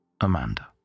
Amanda